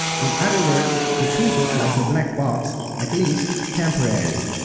in other words, to treat it like a black box, at least temporarily.